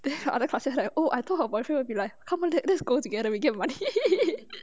then her other classes like oh I thought her boyfriend will be like come on let's go together we get money